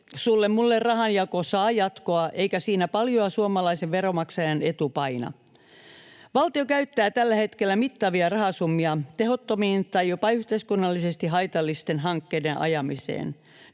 sulle—mulle-rahanjako saa jatkoa, eikä siinä paljoa suomalaisen veronmaksajan etu paina. Valtio käyttää tällä hetkellä mittavia rahasummia tehottomien tai jopa yhteiskunnallisesti haitallisten hankkeiden ajamiseen.